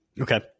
Okay